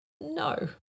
No